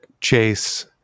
chase